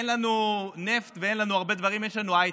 אין לנו נפט ואין לנו הרבה דברים, יש לנו הייטק.